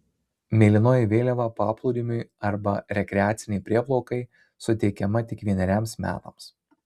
mėlynoji vėliava paplūdimiui arba rekreacinei prieplaukai suteikiama tik vieneriems metams